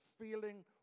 feeling